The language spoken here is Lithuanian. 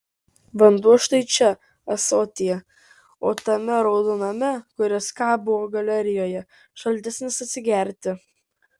vanduo štai čia ąsotyje o tame raudoname kuris kabo galerijoje šaltesnis atsigerti